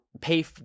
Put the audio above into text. pay